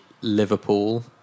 Liverpool